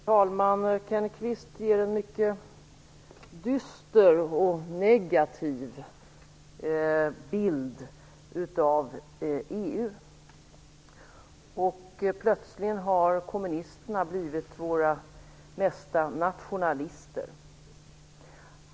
Herr talman! Kenneth Kvist ger en mycket dyster och negativ bild av EU. Plötsligen har kommunisterna blivit våra mesta nationalister.